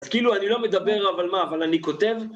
אז כאילו, אני לא מדבר, אבל מה, אבל אני כותב.